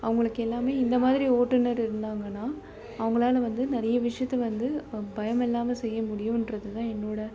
அவங்களுக்கு எல்லாம் இந்த மாதிரி ஓட்டுநர் இருந்தாங்கன்னால் அவங்களால வந்து நிறைய விஷயத்த வந்து பயமில்லாமல் செய்ய முடியுன்றதுதான் என்னோடய